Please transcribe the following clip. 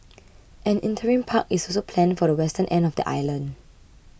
an interim park is also planned for the western end of the island